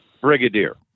Brigadier